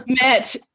met